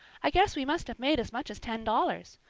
i guess we must have made as much as ten dollars.